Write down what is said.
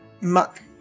muck